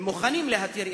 ומוכנים להתיר,